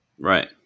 Right